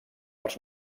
els